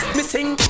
Missing